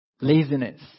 laziness